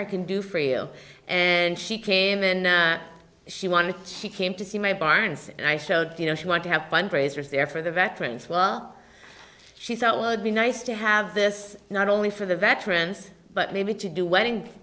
i can do for you and she came and she wanted she came to see my barns and i showed you know she wanted to have fundraisers there for the veterans well she thought would be nice to have this not only for the veterans but maybe to do wedding